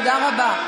תודה רבה.